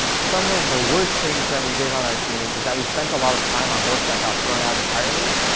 some of the worst things that we did on our team is that we spent a lot of time on work that got thrown out entirely.